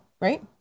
right